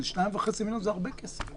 2.5 מיליון זה הרבה כסף.